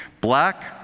Black